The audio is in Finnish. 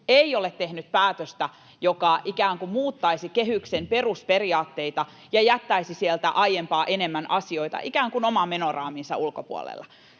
ei ole tehnyt päätöstä, joka ikään kuin muuttaisi kehyksen perusperiaatteita ja jättäisi sieltä aiempaa enemmän asioita ikään kuin oman menoraaminsa ulkopuolelle.